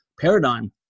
paradigm